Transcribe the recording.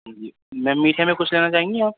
میم میٹھے میں کچھ لینا چاہیں گی آپ